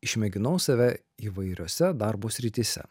išmėginau save įvairiose darbo srityse